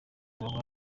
bahura